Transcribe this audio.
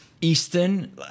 Eastern